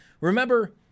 remember –